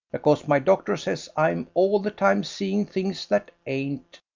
because my doctor says i'm all the time seeing things that ain't.